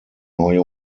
neue